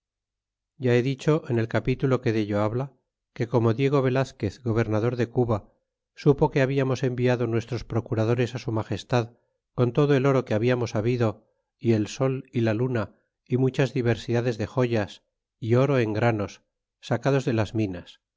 ya he dicho en el capitulo que dello habla que como diego velazquez gobeinador de cuba supo que hablamos enviado nuestros procuradores á su magestad con todo el oro que hablamos habido é el sol y la luna y muchas diversidades de joyas y oro en granos sacados de las minas